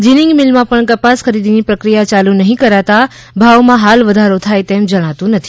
ginning મીલમાં પણ કપાસ ખરીદીની પ્રક્રિયા ચાલુ નહિં કરતાં ભાવમાં હાલ વધારો થાય તેમ જણાતું નથી